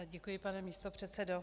Děkuji, pane místopředsedo.